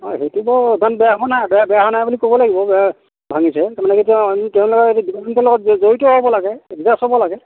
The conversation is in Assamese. সেইটো বাৰু ইমান বেয়া হোৱা নাই বেয়া হোৱা নাই বুলি ক'ব লাগিব যে ভাবিছে তেওঁলোকে এতিয়া তেওঁলোকে জড়িত হ'ব লাগে এডজাষ্ট হ'ব লাগে